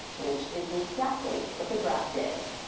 which is exactly what the draft is.